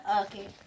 Okay